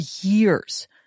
years